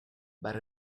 but